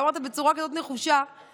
ואמרת את זה בצורה נחושה כל כך,